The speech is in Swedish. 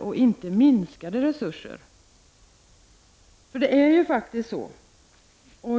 och inte minskade resurser.